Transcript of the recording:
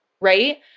right